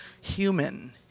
human